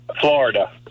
florida